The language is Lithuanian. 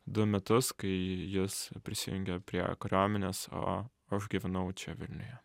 du metus kai jis prisijungė prie kariuomenės o aš gyvenau čia vilniuje